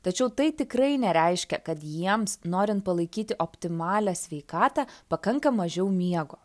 tačiau tai tikrai nereiškia kad jiems norint palaikyti optimalią sveikatą pakanka mažiau miego